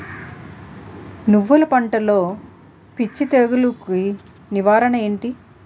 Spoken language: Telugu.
నువ్వులు పంటలో పిచ్చి తెగులకి నివారణ ఏంటి?